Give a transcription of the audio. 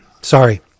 sorry